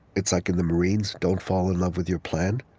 it's like in the marines, don't fall in love with your plan,